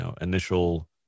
initial